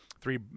three